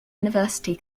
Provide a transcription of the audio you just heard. university